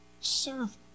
serve